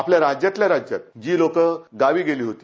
आपल्या राज्यातल्या राज्यात जी लोकं गावी गेली होती